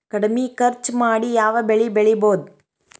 ಕಡಮಿ ಖರ್ಚ ಮಾಡಿ ಯಾವ್ ಬೆಳಿ ಬೆಳಿಬೋದ್?